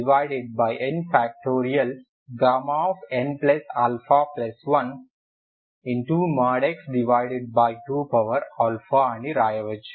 Γnα1x2 అని వ్రాయవచ్చు